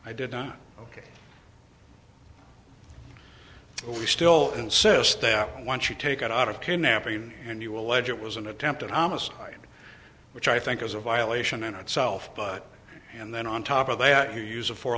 i did on ok we still insist that once you take it out of kidnapping and you allege it was an attempted homicide which i think is a violation in itself but and then on top of that you use a fo